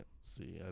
see